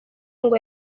ngo